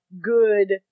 good